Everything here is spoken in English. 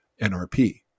NRP